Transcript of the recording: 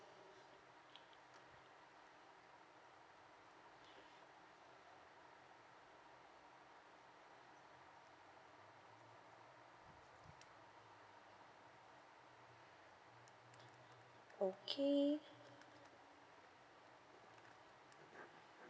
okay